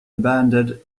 abandoned